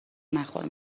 نخور